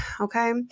okay